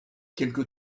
quelque